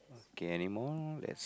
kay any more let